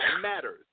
matters